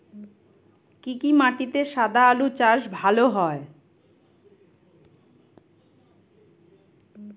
কি কি মাটিতে সাদা আলু চাষ ভালো হয়?